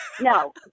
No